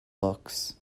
books